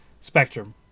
Spectrum